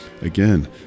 again